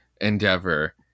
Endeavor